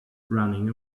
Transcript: running